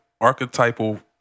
archetypal